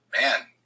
man